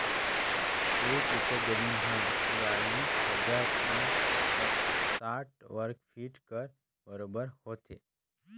एक एकड़ जमीन ह तिरालीस हजार पाँच सव साठ वर्ग फीट कर बरोबर होथे